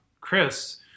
Chris